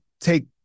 take